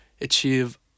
achieve